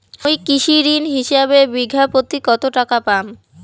মুই কৃষি ঋণ হিসাবে বিঘা প্রতি কতো টাকা পাম?